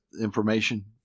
information